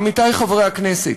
עמיתי חברי הכנסת,